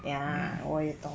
ya 我也懂